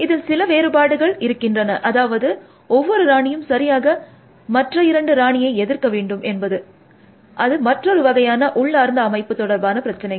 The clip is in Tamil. இதில் சில வேறுபாடுகள் இருக்கின்றன அதாவது ஒவ்வொரு ராணியும் சரியாக மற்ற இரண்டு ராணியை எதிர்க்க வேண்டும் என்பது அது மற்றொரு வகையான உள்ளார்ந்த அமைப்பு தொடர்பான பிரச்சினைகள்